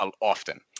often